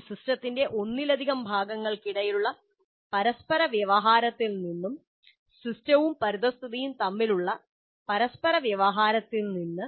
ഒരു സിസ്റ്റത്തിന്റെ ഒന്നിലധികം ഭാഗങ്ങൾക്കിടയിലുള്ള പരസ്പരവ്യവഹാരത്തിൽ നിന്നും സിസ്റ്റവും പരിസ്ഥിതിയും തമ്മിലുള്ള പരസ്പരവ്യവഹാരത്തിൽ നിന്ന്